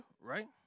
right